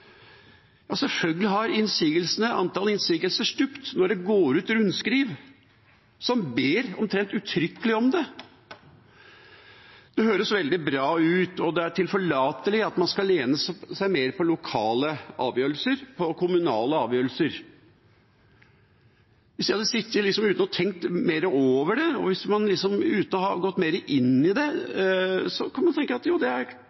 går ut rundskriv som omtrent ber uttrykkelig om det! Det høres veldig bra ut, og det er tilforlatelig at man skal lene seg mer på lokale og kommunale avgjørelser. Hvis jeg ikke hadde tenkt noe mer over det og ikke hadde gått mer inn i det, hadde det hørtes fornuftig ut. Det er